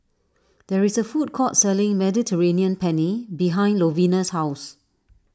there is a food court selling Mediterranean Penne behind Lovina's house